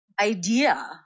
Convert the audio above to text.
idea